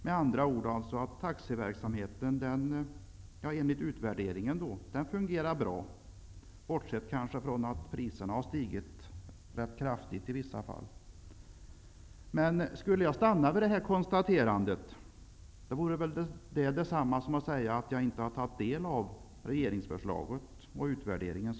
Taxiverksamheten fungerar med andra ord bra enligt utvärderingen, bortsett från att priserna kanske har stigit ganska kraftigt i vissa fall. Men att stanna vid detta konstaterande vore detsamma som att säga att jag inte har tagit del av regeringsförslaget och utvärderingen.